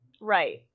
Right